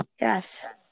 Yes